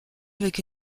avec